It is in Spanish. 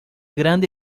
grande